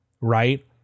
right